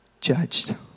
judged